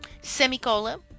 semicolon